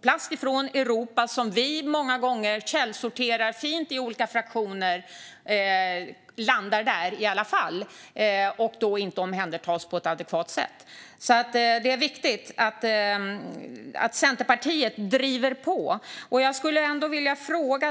Plast från Europa som vi många gånger källsorterar fint i olika fraktioner landar i alla fall där och omhändertas då inte på ett adekvat sätt. Det är viktigt att Centerpartiet driver på. Med tanke på det vill jag fråga: